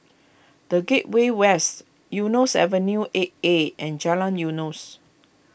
the Gateway West Eunos Avenue eight A and Jalan Eunos